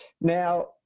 Now